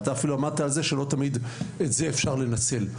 אתה אפילו אמרת על זה שלא תמיד גם את זה אפשר לנצל.